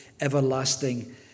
Everlasting